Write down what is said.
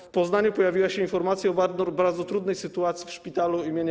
W Poznaniu pojawiła się informacja o bardzo trudnej sytuacji w szpitalu im.